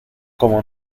como